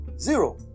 Zero